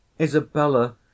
Isabella